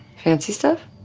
fancy stuff